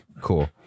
cool